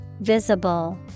Visible